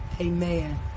amen